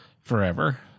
forever